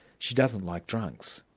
she doesn't like drunks,